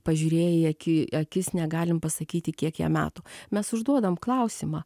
pažiūrėję į aki akis negalim pasakyti kiek jam metų mes užduodam klausimą